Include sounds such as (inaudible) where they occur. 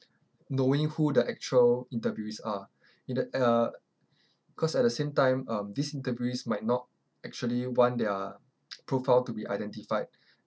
knowing who the actual interviewees are in the uh cause at the same time um these interviewees might not actually want their (noise) profile to be identified